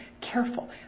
careful